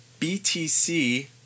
BTC